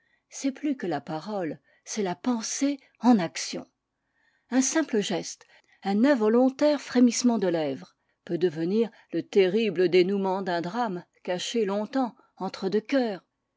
c'est plus que la parole c'est la pensée en action un simple geste un involontaire frémissement de lèvres peut devenir le terrible dénoûment d'un drame caché longtemps entre deux cœurs